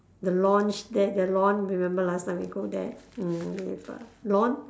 the launch there the lawn you remember the last time we go there mm with uh Ron